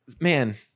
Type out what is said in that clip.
man